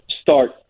start